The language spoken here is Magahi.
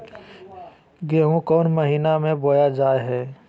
गेहूँ कौन महीना में बोया जा हाय?